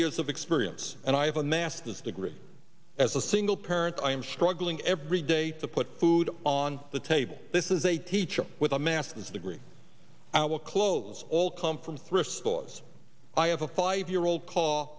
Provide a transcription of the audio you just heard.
years of experience and i have a masters degree as a single parent i am struggling every day to put food on the table this is a teacher with a master's degree i will close all come from thrift stores i have a five year old ca